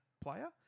player